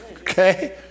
Okay